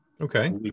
Okay